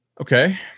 Okay